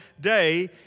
day